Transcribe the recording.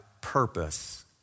purpose